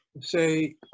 Say